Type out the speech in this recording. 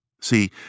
See